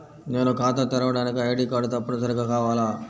నేను ఖాతా తెరవడానికి ఐ.డీ కార్డు తప్పనిసారిగా కావాలా?